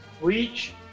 reach